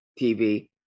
TV